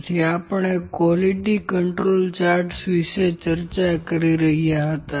તેથી આપણે quality control chart વિશે ચર્ચા કરી રહ્યાં હતાં